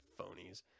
phonies